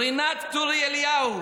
רינת טורי אליהו,